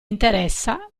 interessa